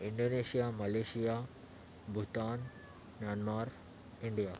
Indonesia Malaysia Bhutan Myanmar India